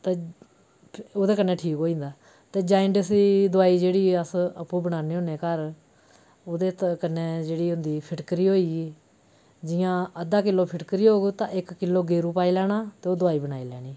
ते ओह्दे कन्नै ठीक होई जंदा ते जान्डिस दी दोआई जेह्ड़ी अस आपूं बनान्ने होन्ने आं घर ओह्दे कन्नै जेह्ड़ी होंदी फिटकरी होई गेई जि'यां अद्धा किल्लो फिटकरी होग ते इक किल्लो गेरू पाई लैना ते ओह् दोआई बनाई लेनी